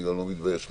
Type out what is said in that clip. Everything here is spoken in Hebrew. אני לא מתבייש לומר.